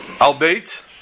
Albeit